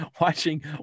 watching